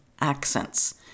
accents